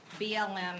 BLM